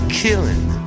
killing